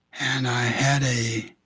and i had a